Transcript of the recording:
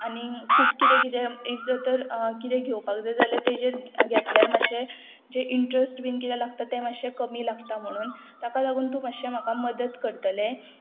आनी खूब कितें कितें इफ जर तर कितें घेवपाक जाय जाल्यार तेजेर घेतल्यार मातशें जें इंट्रस्ट बीन किदें लागता तें मातशें कमी लागता म्हणून ताका लागून तूं मातशें म्हाका मदत करतलें